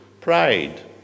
pride